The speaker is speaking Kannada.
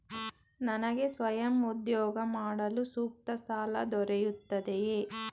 ನನಗೆ ಸ್ವಯಂ ಉದ್ಯೋಗ ಮಾಡಲು ಸೂಕ್ತ ಸಾಲ ದೊರೆಯುತ್ತದೆಯೇ?